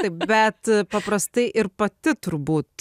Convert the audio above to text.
taip bet paprastai ir pati turbūt